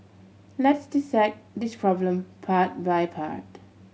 let's dissect this problem part by part